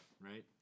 right